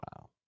Wow